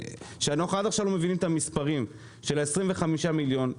אנחנו עד עכשיו לא מבינים את המספרים של 25,000,000 ₪.